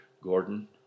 Gordon